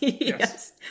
Yes